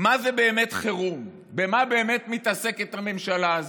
מה זה באמת חירום, במה באמת מתעסקת הממשלה הזאת.